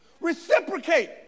reciprocate